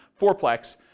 fourplex